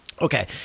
Okay